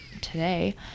today